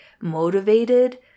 motivated